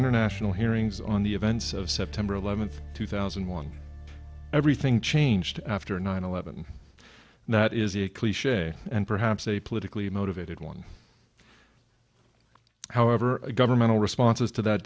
international hearings on the events of september eleventh two thousand and one everything changed after nine eleven and that is a cliche and perhaps a politically motivated one however governmental responses to that